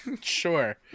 Sure